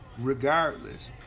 regardless